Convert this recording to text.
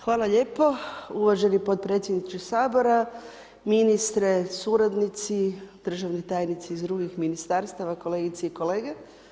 Hvala lijepo uvaženi potpredsjedniče Sabora, ministre, suradnici, državni tajnici iz drugih ministarstava, kolegice i kolege.